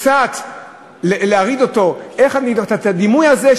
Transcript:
קצת להרעיד אותו, את הדימוי הזה.